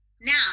now